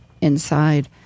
inside